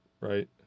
right